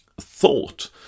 thought